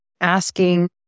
asking